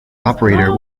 operator